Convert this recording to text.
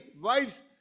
wives